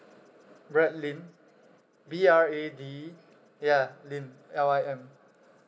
brad lim B R A D ya lim L I M